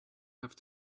have